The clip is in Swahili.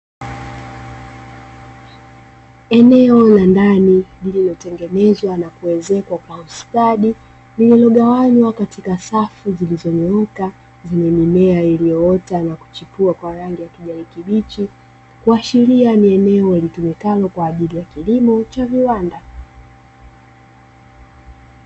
Eneo la ndani lililotengenezwa na kuezekwa kwa ustadi, lililogawanywa katika safu zilizonyooka zenye mimea iliyoota na kuchipuka kwa rangi ya kijani kibichi, kuashiria ni eneo litumikalo kwa ajili ya kilimo cha viwanda.